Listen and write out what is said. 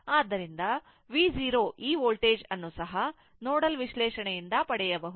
ಆದ್ದರಿಂದ V 0 ಈ voltage ಅನ್ನು ಸಹ ನೋಡಲ್ ವಿಶ್ಲೇಷಣೆಯಿಂದ ಪಡೆಯಬಹುದು